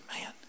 man